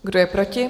Kdo je proti?